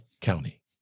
County